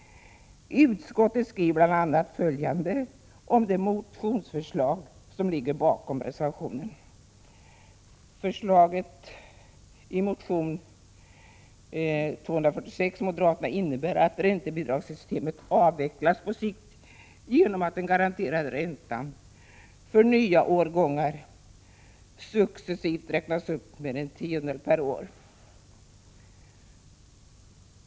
Utskottet skriver bl.a. följande om det moderata förslag som ligger bakom reservationen: ”Förslaget i motion Bo246 ——— innebär ——— att räntebidragssystemet avvecklas på sikt genom att den garanterade räntan för nya årgångar successivt räknas upp med en tiondel per år.